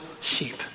sheep